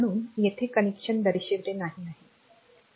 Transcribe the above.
म्हणून तेथे कनेक्शन दर्शविले नाही आहे